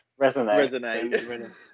Resonate